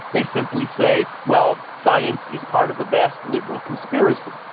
they simply say, well, science is part of a vast liberal conspiracy.